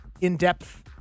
in-depth